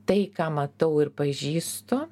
tai ką matau ir pažįstu